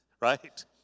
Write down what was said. right